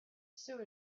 sue